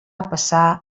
passar